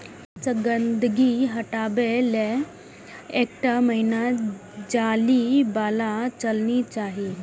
शहद सं गंदगी हटाबै लेल एकटा महीन जाली बला छलनी चाही